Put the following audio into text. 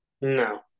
No